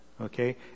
okay